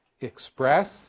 express